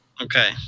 Okay